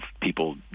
people